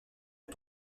est